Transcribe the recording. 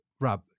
Rob